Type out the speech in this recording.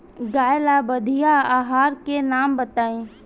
गाय ला बढ़िया आहार के नाम बताई?